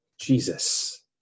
Jesus